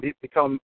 become